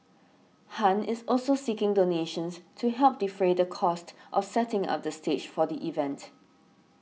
Han is also seeking donations to help defray the cost of setting up the stage for the event